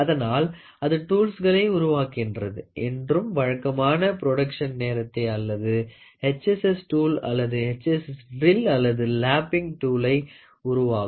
அதனால் அது டூல்ஸ்களை உருவாகின்றது என்றும் வழக்கமான புரோடக்சன் நேரத்தை அல்லது HSS டூல் அல்லது HSS ட்ரில் அல்லது லாபிங் டூலை உருவாக்கும்